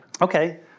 Okay